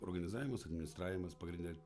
organizavimas administravimas pagrinde